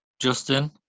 Justin